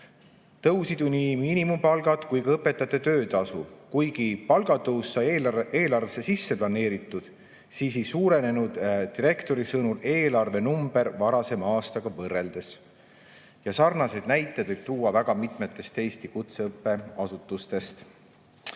Tõusid ju nii miinimumpalgad kui ka õpetajate töötasu. Kuigi palgatõus sai eelarvesse planeeritud, siis ei suurenenud direktori sõnul eelarve number varasema aastaga võrreldes." Sarnaseid näiteid võib tuua väga mitmetest Eesti kutseõppeasutustest.